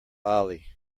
ali